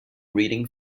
reading